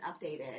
updated